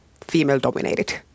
female-dominated